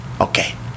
okay